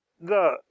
The